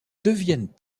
deviennent